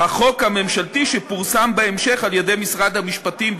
החוק הממשלתי שפורסם בהמשך על-ידי משרד המשפטים,